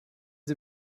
sie